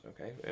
Okay